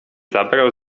zabrał